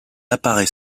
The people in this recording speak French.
apparaît